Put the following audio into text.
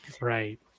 Right